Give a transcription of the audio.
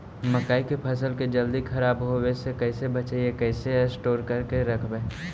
मकइ के फ़सल के जल्दी खराब होबे से कैसे बचइबै कैसे स्टोर करके रखबै?